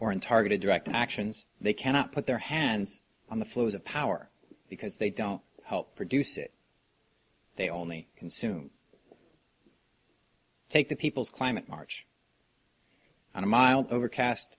or in targeted direct actions they cannot put their hands on the flows of power because they don't help produce it they only consume take the people's climate march on a mild overcast